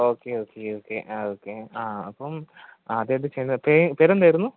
okay okay okay ആ okay ആ അപ്പം ആദ്യമായിട്ട് ചെന്നപ്പം പേരെന്തായിരുന്നു